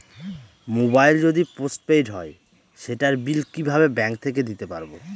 Mobile যদি post paid হয় সেটার বিল কিভাবে ব্যাংক থেকে দিতে পারব?